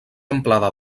amplada